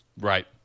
Right